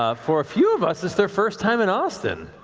ah for a few of us, it's their first time in austin.